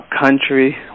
country